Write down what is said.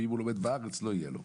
ואם הוא לומד בארץ לא תהיה לו.